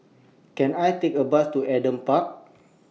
Can I Take A Bus to Adam Park